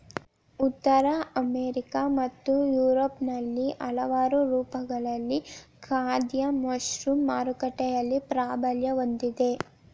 ಉತ್ತರ ಅಮೆರಿಕಾ ಮತ್ತು ಯುರೋಪ್ನಲ್ಲಿ ಹಲವಾರು ರೂಪಗಳಲ್ಲಿ ಖಾದ್ಯ ಮಶ್ರೂಮ್ ಮಾರುಕಟ್ಟೆಯಲ್ಲಿ ಪ್ರಾಬಲ್ಯ ಹೊಂದಿದೆ